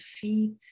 feet